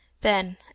Then